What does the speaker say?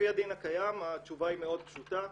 לפי הדין הקיים התשובה היא מאוד פשוטה: